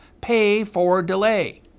pay-for-delay